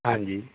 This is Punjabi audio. ਹਾਂਜੀ